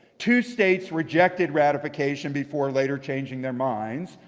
two states rejected ratification before later changing their minds.